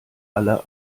alle